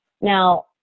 Now